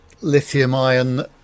lithium-ion